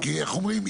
איך אומרים,